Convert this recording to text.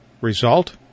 Result